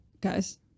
Guys